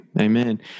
Amen